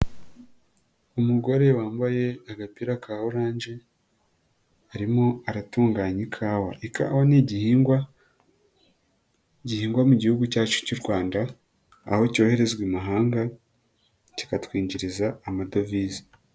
Umugore wambaye agapira ka oranje arimo aratunganya ikawa. Ikawa ni igihingwa gihingwa mu gihugu cyacu cy'u Rwanda aho cyoherezwa i Mahanga kikatwinjiriza amadovize.